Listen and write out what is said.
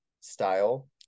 style